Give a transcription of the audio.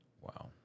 Wow